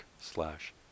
slash